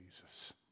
Jesus